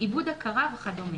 איבוד הכרה וכדומה.